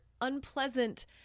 unpleasant